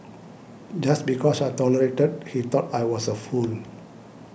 just because I tolerated he thought I was a fool